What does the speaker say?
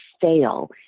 fail